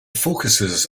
focuses